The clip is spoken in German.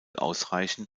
ausreichen